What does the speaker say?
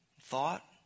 thought